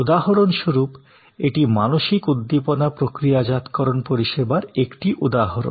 উদাহরণস্বরূপ এটি মানসিক উদ্দীপনা প্রক্রিয়াজাতকরণ পরিষেবার একটি উদাহরণ